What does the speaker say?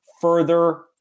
further